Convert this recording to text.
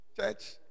church